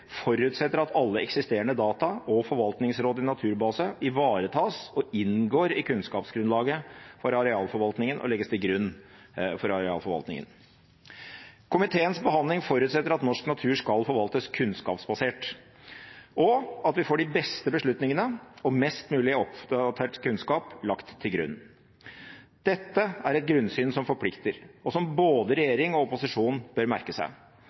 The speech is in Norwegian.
forutsetter at norsk natur skal forvaltes kunnskapsbasert, og at vi får de beste beslutningene og mest mulig oppdatert kunnskap lagt til grunn. Dette er et grunnsyn som forplikter, og som både regjering og opposisjon bør merke seg.